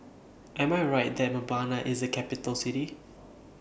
Am I Right that Mbabana IS A Capital City